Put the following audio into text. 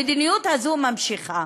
המדיניות הזאת נמשכת.